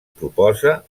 proposa